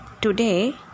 Today